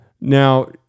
Now